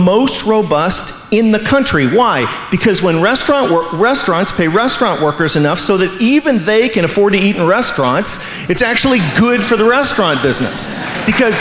most robust in the country why because when restaurant we're restaurants pay restaurant workers enough so that even they can afford to eat in restaurants it's actually good for the restaurant business because